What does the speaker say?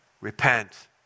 Repent